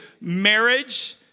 marriage